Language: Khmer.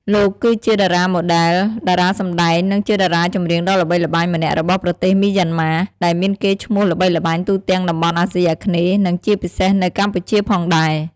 លោកគឺជាតារាម៉ូដែល តារាសម្តែង និងជាតារាចម្រៀងដ៏ល្បីល្បាញម្នាក់របស់ប្រទេសមីយ៉ាន់ម៉ា ដែលមានកេរ្តិ៍ឈ្មោះល្បីល្បាញទូទាំងតំបន់អាស៊ីអាគ្នេយ៍ និងជាពិសេសនៅកម្ពុជាផងដែរ ។